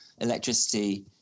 electricity